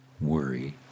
worry